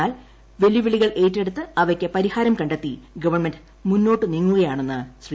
എന്നാൽ വെല്ലുവിളികൾ ഏറ്റെടുത്ത് അവയ്ക്ക് പരിഹാരം കണ്ടെത്തി ഗവൺമെന്റ് മുന്നോട്ട് നീങ്ങുകയാണെന്ന് ശ്രീ